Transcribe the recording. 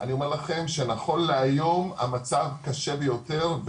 אני אומר לכם שנכון להיום המצב קשה ביותר,